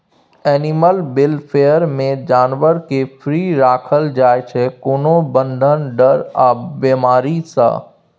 animal welfare मे जानबर केँ फ्री राखल जाइ छै कोनो बंधन, डर आ बेमारी सँ